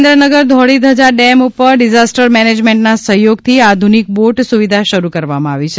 Surendranagar Dholi Dhaja dam ઉપર disaster management ના સહયોગથી આધુનિક બોટ સુવિધા શરૂ કરવામાં આવી છે